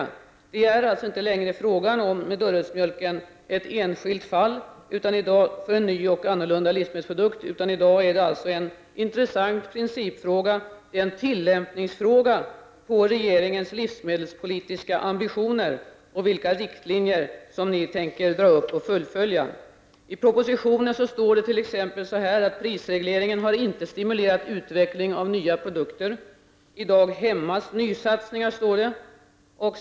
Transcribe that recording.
Dörrödsmjölken är alltså inte längre ett enskilt fall, som handlar om en ny och annorlunda livsmedelsprodukt, utan det gäller en intressant principfråga, en tillämpningsfråga, dvs. vilka livsmedelspolitiska ambitioner regeringen har och vilka riktlinjer den tänker dra upp och fullfölja. I propositionen står det t.ex. att prisregleringen inte har stimulerat utveckling av nya produkter och att nysatsningar i dag hämmas.